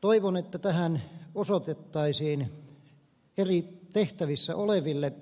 toivon että tähän osoitettaisiin eri tehtävissä oleville